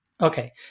Okay